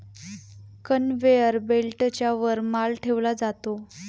conveyor बेल्टच्या वर माल ठेवला जातो